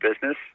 business